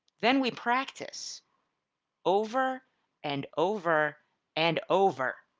then we practice over and over and over.